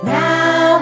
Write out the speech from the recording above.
now